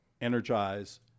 energize